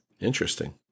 interesting